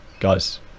Guys